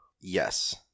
Yes